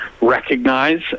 recognize